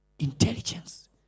intelligence